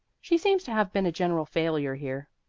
she seems to have been a general failure here.